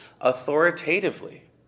authoritatively